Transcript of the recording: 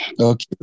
Okay